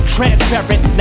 Transparent